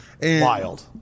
Wild